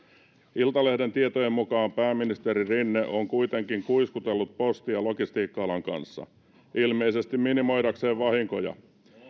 iltalehden tietojen mukaan pääministeri rinne on kuitenkin kuiskutellut posti ja logistiikka alan kanssa ilmeisesti minimoidakseen vahinkoja